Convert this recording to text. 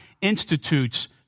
institutes